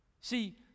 See